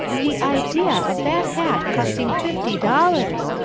the idea of that hat costing fifty dollars!